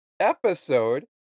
episode